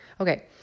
Okay